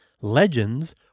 Legends